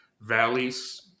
Valley's